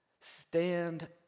stand